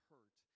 Hurt